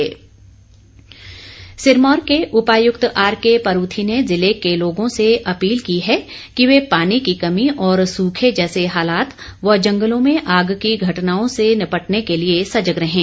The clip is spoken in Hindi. डीसी सिरमौर सिरमौर के उपायुक्त आर के परूथी ने ज़िले के लोगों से अपील की है कि वे पानी की कमी और सुखे जैसे हालात व जंगलों में आग की घटनाओं से निपटने के लिए सजग रहें